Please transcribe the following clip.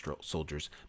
soldiers